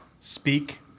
speak